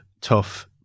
tough